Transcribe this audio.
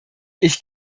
ich